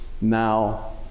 now